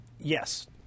Yes